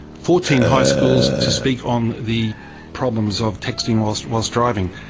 fourteen high schools to speak on the problems of texting whilst whilst driving.